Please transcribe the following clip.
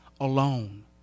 alone